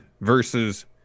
versus